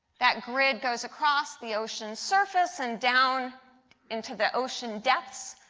that grid goes across the ocean surface and down into the ocean depths,